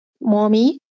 mommy